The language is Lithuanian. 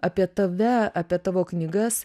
apie tave apie tavo knygas